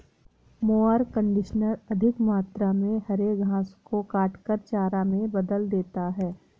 mower conditioner अधिक मात्रा में हरे घास को काटकर चारा में बदल देता है